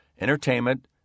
entertainment